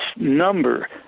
number